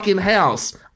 house